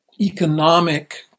economic